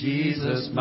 Jesus